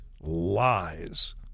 lies